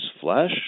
flesh